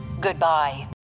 Goodbye